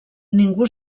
ningú